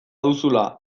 duzula